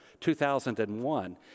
2001